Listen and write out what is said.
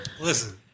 Listen